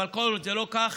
אבל כל עוד זה לא כך,